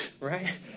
right